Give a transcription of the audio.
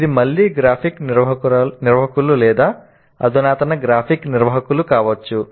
ఇది మళ్ళీ గ్రాఫిక్ నిర్వాహకులు లేదా అధునాతన గ్రాఫిక్ నిర్వాహకులు కావచ్చు